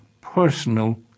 personal